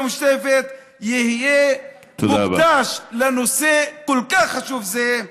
המשותפת יהיה מוקדש לנושא כל כך חשוב זה,